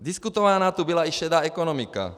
Diskutována tu byla i šedá ekonomika.